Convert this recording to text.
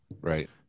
right